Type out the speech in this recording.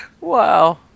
wow